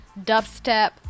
dubstep